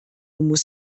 muss